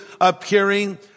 appearing